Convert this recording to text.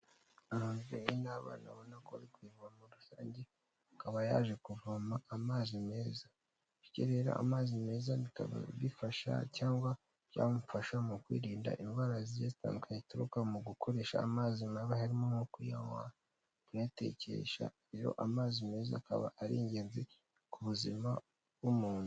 Ababyeyi n'abana, urabona ko bari ku ivo rusange, akaba yaje kuvoma amazi meza. Bityo rero amazi meza bikaba bifasha cyangwa byamufasha mu kwirinda indwara zigiye zitandukanye zituruka mu gukoresha amazi mabi; harimo nko kuyanywa, kuyatekesha. Rero amazi meza akaba ari ingenzi ku buzima bw'umuntu